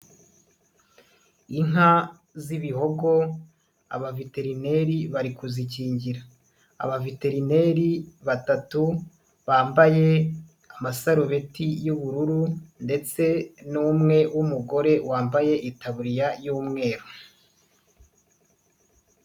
Inka z'ibihogo, abaveterineri bari kuzikingira, abaveterineri batatu, bambaye amasarubeti y'ubururu ndetse n'umwe w'umugore wambaye itaburiya y'umweru.